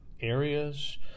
areas